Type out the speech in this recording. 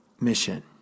mission